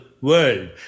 world